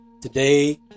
Today